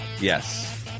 Yes